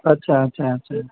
અચ્છા અચ્છા અચ્છા